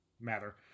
matter